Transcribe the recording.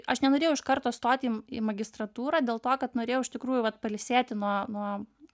aš nenorėjau iš karto stoti į į magistratūrą dėl to kad norėjau iš tikrųjų vat pailsėti nuo nuo